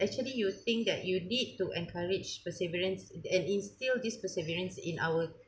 actually you would think that you'd need to encourage perseverance and instill this perseverance in our